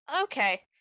Okay